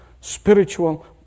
spiritual